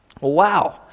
Wow